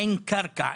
אין קרקע,